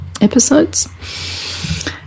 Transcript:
episodes